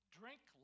drink